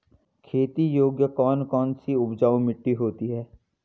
खेती योग्य कौन कौन सी उपजाऊ मिट्टी होती है?